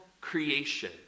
creation